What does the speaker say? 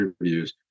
interviews